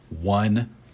one